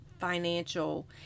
financial